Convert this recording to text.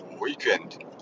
weekend